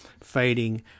fading